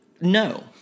no